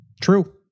True